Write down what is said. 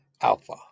alpha